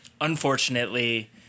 Unfortunately